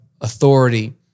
authority